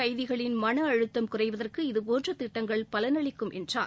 கைதிகளின் மன அழுத்தம் குறைவதற்கு இதுபோன்ற திட்டங்கள் பலனளிக்கும் என்றார்